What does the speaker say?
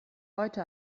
heute